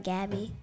Gabby